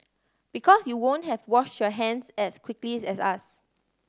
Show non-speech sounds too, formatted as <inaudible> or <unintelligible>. because you won't have wash your hands as quickly <unintelligible> as us